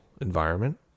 environment